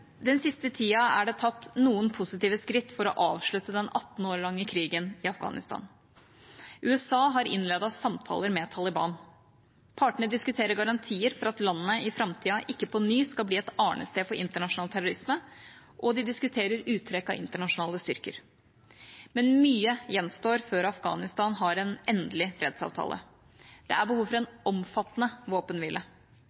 Den siste tida er det tatt noen positive skritt for å avslutte den 18 år lange krigen i Afghanistan. USA har innledet samtaler med Taliban. Partene diskuterer garantier for at landet i framtida ikke på ny skal bli et arnested for internasjonal terrorisme, og de diskuterer uttrekk av internasjonale styrker. Men mye gjenstår før Afghanistan har en endelig fredsavtale. Det er behov for en